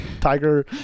tiger